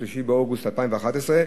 3 באוגוסט 2011,